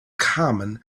common